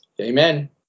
Amen